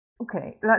Okay